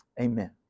Amen